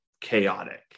chaotic